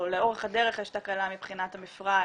או לאורך הדרך יש תקלה מבחינת המפרט?